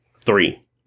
three